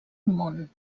món